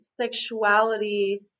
sexuality